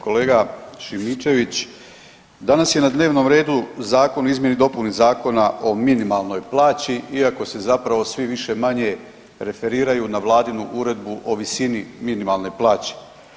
Kolega Šimičević danas je na dnevnom redu Zakon o izmjeni i dopuni Zakona o minimalnoj plaći iako se zapravo svi više-manje referiraju na Vladinu Uredbu o visini minimalne plaće.